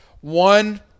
One